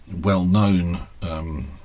well-known